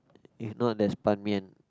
if not there is Ban Mian